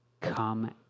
come